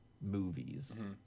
movies